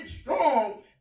strong